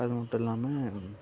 அது மட்டும் இல்லாமல்